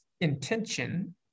intention